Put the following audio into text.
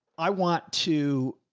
i want to.